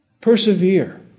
Persevere